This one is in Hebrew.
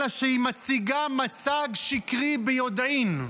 אלא שהיא מציגה מצג שקרי ביודעין,